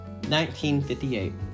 1958